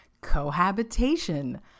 cohabitation